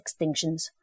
extinctions